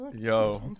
Yo